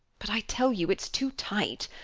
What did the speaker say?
but i tell you it's too tight.